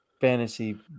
fantasy